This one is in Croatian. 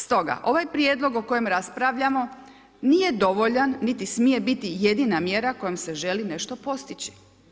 Stoga ovaj prijedlog o kojem raspravljamo nije dovoljan, niti smije biti jedina mjera s kojom se želi nešto postići.